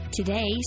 Today